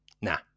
Nah